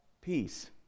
peace